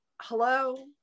Hello